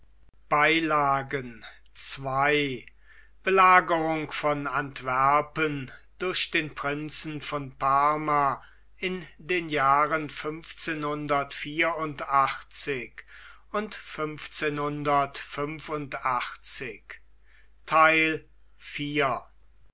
belagerung von antwerpen durch den prinzen von parma in den jahren